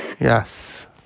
Yes